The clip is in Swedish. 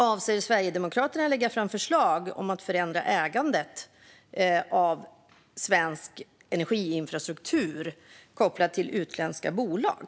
Avser Sverigedemokraterna att lägga fram förslag om att förändra ägandet av svensk energiinfrastruktur kopplat till utländska bolag?